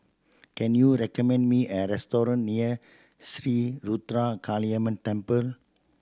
can you recommend me a restaurant near Sri Ruthra Kaliamman Temple